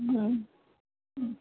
હમ્મ હમ્મ